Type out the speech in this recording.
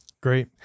Great